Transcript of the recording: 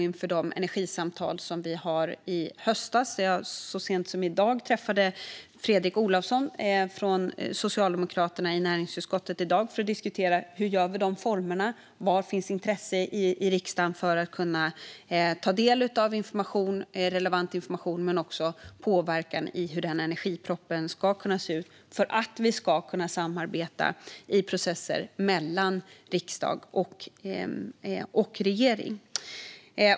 Inför de energisamtal vi ska ha i höst har jag till exempel så sent som i dag träffat näringsutskottets Fredrik Olovsson från Socialdemokraterna för att diskutera formerna. Var finns intresse i riksdagen för att kunna ta del av relevant information men också påverka? Hur ska energipropositionen se ut för att vi ska kunna samarbeta i processer mellan riksdag och regering?